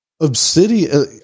Obsidian